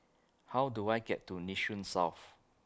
How Do I get to Nee Soon South